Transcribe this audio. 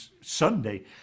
Sunday